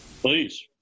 please